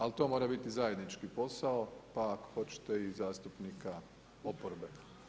Al' to mora biti zajednički posao, pa ako hoćete i zastupnika oporbe.